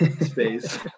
space